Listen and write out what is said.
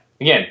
Again